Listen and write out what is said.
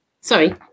sorry